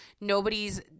Nobody's